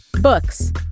books